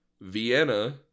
Vienna